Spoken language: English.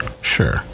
sure